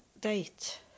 date